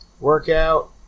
workout